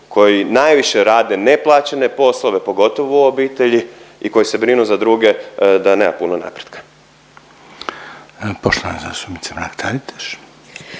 koji najviše rade neplaćene poslove pogotovo u obitelji i koji se brinu za druge da nema puno napretka. **Reiner, Željko